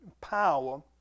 power